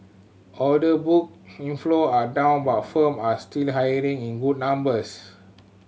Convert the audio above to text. order book inflow are down but firm are still hiring in good numbers